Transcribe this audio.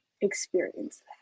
experience